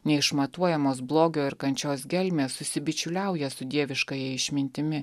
neišmatuojamos blogio ir kančios gelmės susibičiuliauja su dieviškąja išmintimi